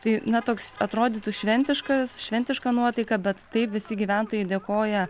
tai na toks atrodytų šventiškas šventiška nuotaika bet taip visi gyventojai dėkoja